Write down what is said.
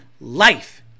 life